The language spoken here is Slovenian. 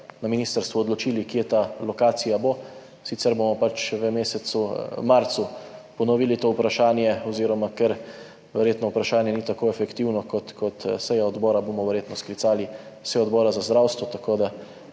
na ministrstvu odločili, kje ta lokacija bo, sicer bomo pač v mesecu marcu ponovili to vprašanje, oziroma ker verjetno vprašanje ni tako efektivno kot seja odbora, bomo verjetno sklicali sejo Odbora za zdravstvo, tako da